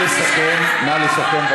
נא לסכם.